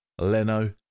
Leno